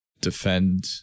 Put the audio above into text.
defend